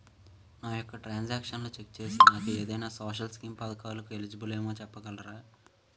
నా యెక్క ట్రాన్స్ ఆక్షన్లను చెక్ చేసి నేను ఏదైనా సోషల్ స్కీం పథకాలు కు ఎలిజిబుల్ ఏమో చెప్పగలరా?